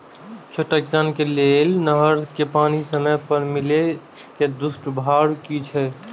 छोट किसान के लेल नहर के पानी समय पर नै मिले के दुष्प्रभाव कि छै?